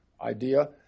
idea